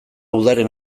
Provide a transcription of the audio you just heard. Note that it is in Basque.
udaren